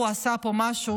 הוא עשה פה משהו,